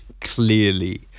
Clearly